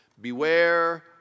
beware